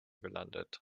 gelandet